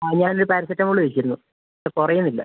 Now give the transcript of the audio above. അ ഞാനൊരു പാരസെറ്റാമോള് കഴിച്ചിരുന്നു പക്ഷേ കുറയുന്നില്ല